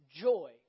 joy